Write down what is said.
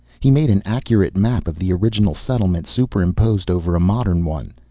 he made an accurate map of the original settlement, superimposed over a modern one.